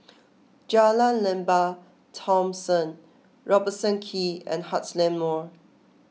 Jalan Lembah Thomson Robertson Quay and Heartland Mall